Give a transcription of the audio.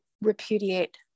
repudiate